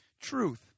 truth